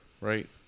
right